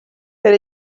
per